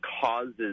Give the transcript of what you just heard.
causes